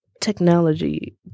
technology